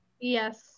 Yes